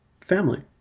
family